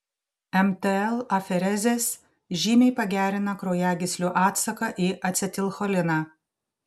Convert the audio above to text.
mtl aferezės žymiai pagerina kraujagyslių atsaką į acetilcholiną